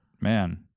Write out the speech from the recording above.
man